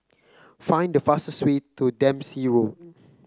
find the fastest way to Dempsey Road